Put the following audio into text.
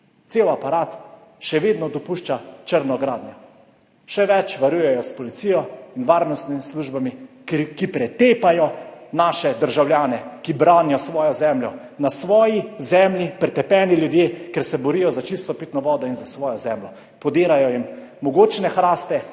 cel aparat še vedno dopušča črno gradnjo, še več, varujejo jo s policijo in varnostnimi službami, ki pretepajo naše državljane, ki branijo svojo zemljo. Na svoji zemlji so ljudje pretepeni, ker se borijo za čisto pitno vodo in za svojo zemljo. Podirajo jim mogočne hraste,